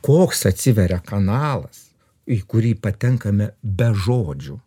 koks atsiveria kanalas į kurį patenkame be žodžių